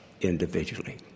individually